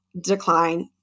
decline